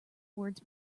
words